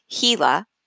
Gila